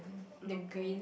looking